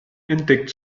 entdeckt